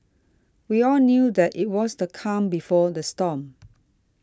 we all knew that it was the calm before the storm